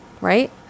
Right